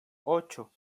ocho